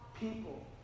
people